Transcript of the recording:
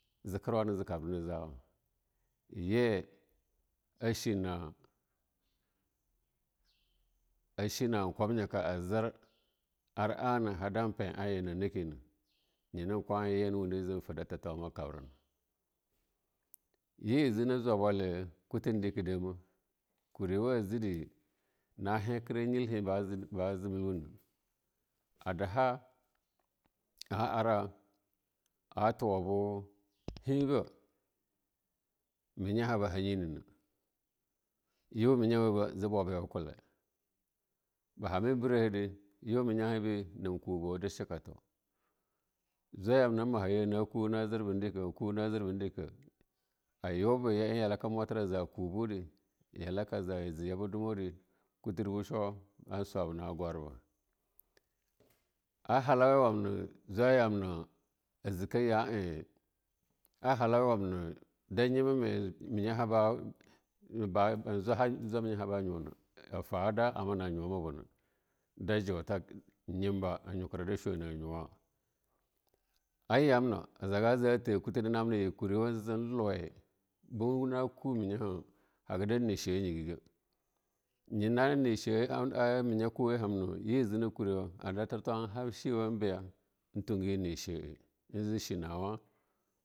Zekerwa hana jekabra na jawa je a shena en kumma ka, a jar ar ana ha dan pe'a yena nakeme yana hana wande jena fitofuma kab rana je hana da jwai bwaiya kutum dam kidiyda a jire na are na tuwe be heba jebna a daha atuwa he ba menyah ba hanye na ne, yanyoh menyaweba je bwabewa ba akweba hame en berahada yoh menya heba je kubawa a da chekato, jwaiye jama a maha jena ku na jinbe dika, kuna jinbe, dika, kuma jinbe dika, ajaja maha jabna de ayube ya'eh yalaka aja amuafir aja kubu deke yalaka ajajaye yalaka dumake kufarbu chu na salaba na gurba, a halau wamka jwaiye yamna, jwaiha ba, a yamma da zulaiminya ha ba nyuna a tana na amna na nyuwama bana, dala julai ha hamna a ama da jata in nyemba a nukara da chu'a na nuwa a yamna ajaga athe be jaga nye sha'a nyegega nyina ne sha'a nye gega yina ne sha'a amma ye kuriwa en je jam ha menyawa shewa en biya in tungu ne sha'a inja jen shenawa.